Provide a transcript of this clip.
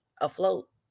afloat